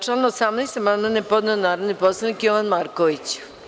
Na član 18. amandman je podneo narodni poslanik Jovan Marković.